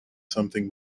something